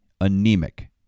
anemic